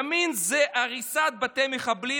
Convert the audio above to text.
ימין זה הריסת בתי מחבלים,